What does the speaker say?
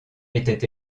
étaient